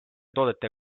toodete